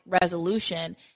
resolution